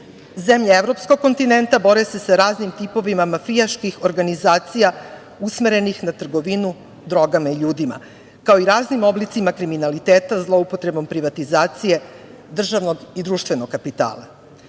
Zemlje evropskog kontinenta bore se sa raznim tipovima mafijaških organizacija usmerenih na trgovinu drogama i ljudima, kao i raznim oblicima kriminaliteta, zloupotrebom privatizacije, državnog i društvenog kapitala.